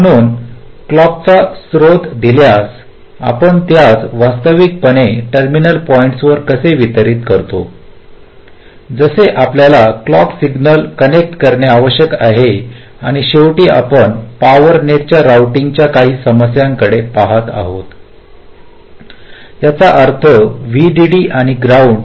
म्हणून क्लॉकचा स्रोत दिल्यास आपण त्यास वास्तविक पणे टर्मिनल पॉईंट्सवर कसे वितरित करतो जेथे आपल्याला क्लॉक सिग्नल कनेक्ट करणे आवश्यक आहे आणि शेवटी आपण पॉवर नेटच्या रोऊटिंगच्या काही समस्यांकडे पाहत आहोत याचा अर्थ वीडीडी आणि ग्राउंड